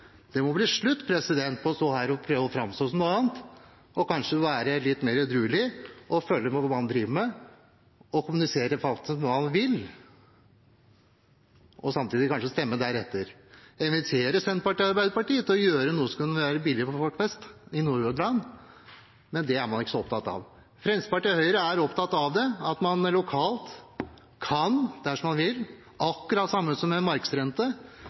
Det må bli slutt på å stå her og prøve å framstå som noe annet, og kanskje være litt mer edruelig på hva man driver med, og kommunisere hva man vil, og samtidig kanskje stemme deretter. Jeg inviterer Senterpartiet og Arbeiderpartiet til å gjøre noe som kan være billigere for folk flest i Nordhordland, men det er man ikke så opptatt av. Fremskrittspartiet og Høyre er opptatt av det, at man lokalt kan gjøre det, dersom man vil, akkurat det samme som